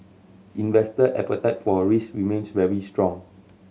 investor appetite for risk remains very strong